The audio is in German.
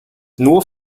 nur